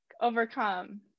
overcome